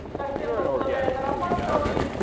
your inorganic fruity guy right